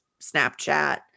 Snapchat